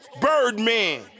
Birdman